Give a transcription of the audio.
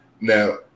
Now